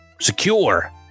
secure